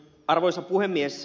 arvoisa puhemies